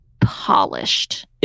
polished